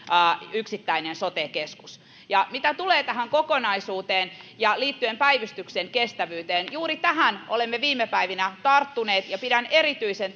yksittäinen sote keskus mitä tulee tähän kokonaisuuteen ja liittyen päivystyksen kestävyyteen juuri tähän olemme viime päivinä tarttuneet ja pidän erityisen